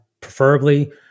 preferably